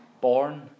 Born